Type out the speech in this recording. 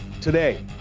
today